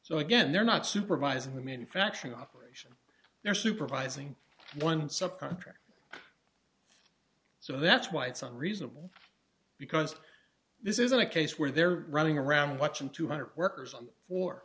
so again they're not supervising the manufacturing operation they're supervising one subcontractor so that's why it's unreasonable because this isn't a case where they're running around watching two hundred workers on